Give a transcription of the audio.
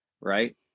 right